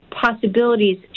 possibilities